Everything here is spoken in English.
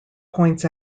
points